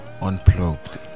unplugged